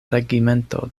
regimento